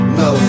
no